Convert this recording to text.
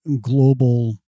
global